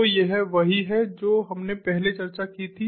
तो यह वही है जो हमने पहले चर्चा की थी